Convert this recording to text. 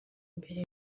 imbere